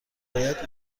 باید